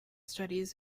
studies